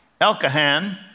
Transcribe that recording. Elkahan